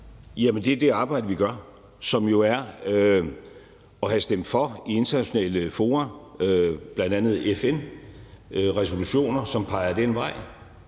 Det er det arbejde, vi gør, som jo er at have stemt for i internationale fora, bl.a. i FN, resolutioner, som peger den vej.